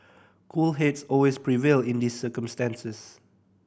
cool heads always prevail in these circumstances